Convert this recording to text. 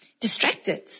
distracted